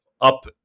up